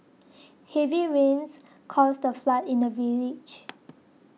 heavy rains caused a flood in the village